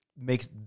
makes